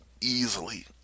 easily